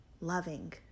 loving